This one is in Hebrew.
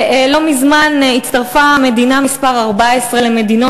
לא מזמן הצטרפה המדינה מספר 14 למדינות